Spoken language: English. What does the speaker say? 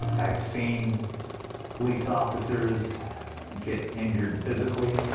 ive seen police officers get injured physically